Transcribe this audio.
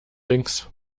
links